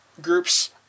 groups